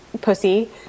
pussy